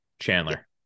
Chandler